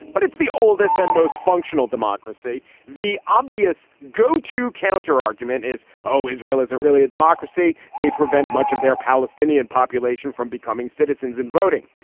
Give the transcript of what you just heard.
but it's the oldest and most functional democracy the obvious go to counter argument is, oh, israel isn't really a democracy. they prevent much of their palestinian population from becoming citizens and voting.